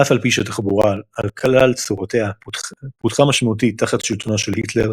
אף על פי שהתחבורה על כלל צורותיה פותחה משמעותית תחת שלטונו של היטלר,